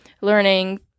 learning